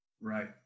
Right